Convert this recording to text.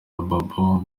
babo